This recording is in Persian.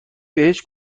بهش